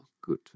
good